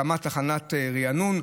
הקמת תחנת ריענון,